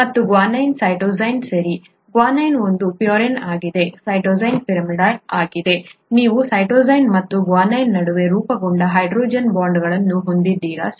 ಮತ್ತು guanine cytosine ಸರಿ guanine ಒಂದು ಪ್ಯೂರಿನ್ ಆಗಿದೆ ಸೈಟೋಸಿನ್ ಪಿರಿಮಿಡಿನ್ ಆಗಿದೆ ನೀವು ಸೈಟೋಸಿನ್ ಮತ್ತು ಗ್ವಾನೈನ್ ನಡುವೆ ರೂಪುಗೊಂಡ ಹೈಡ್ರೋಜನ್ ಬಾಂಡ್ಗಳನ್ನು ಹೊಂದಿದ್ದೀರಾ ಸರಿ